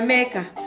Maker